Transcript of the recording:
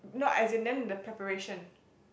no as in then the preparation